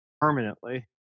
permanently